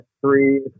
three